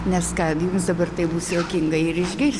nes ką gi jums dabar tai bus juokinga ir išgirs